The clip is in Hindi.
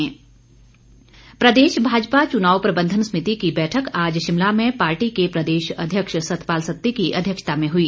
भाजपा बैठक प्रदेश भाजपा चुनाव प्रबंधन समिति की बैठक आज शिमला में पार्टी के प्रदेश अध्यक्ष सतपात सत्ती की अध्यक्षता में हुई